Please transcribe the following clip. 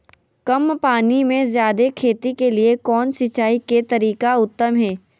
कम पानी में जयादे खेती के लिए कौन सिंचाई के तरीका उत्तम है?